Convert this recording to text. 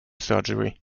surgery